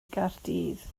gaerdydd